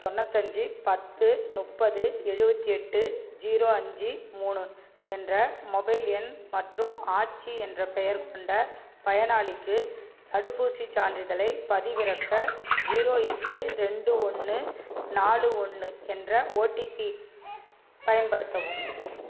தொண்ணூத்தஞ்சி பத்து முப்பது எழுபத்தி எட்டு ஜீரோ அஞ்சு மூணு என்ற மொபைல் எண் மற்றும் ஆச்சி என்ற பெயர் கொண்ட பயனாளிக்கு தடுப்பூசிச் சான்றிதழைப் பதிவிறக்க ஜீரோ எட்டு ரெண்டு ஒன்று நாலு ஒன்று என்ற ஓடிபி பயன்படுத்தவும்